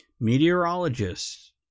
meteorologists